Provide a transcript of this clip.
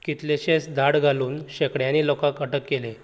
कितलेशेंच धाड घालून शेंकड्यांनी लोकाक अटक केले